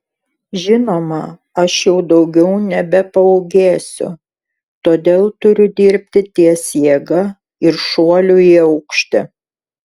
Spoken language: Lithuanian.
žinoma aš jau daugiau nebepaūgėsiu todėl turiu dirbti ties jėga ir šuoliu į aukštį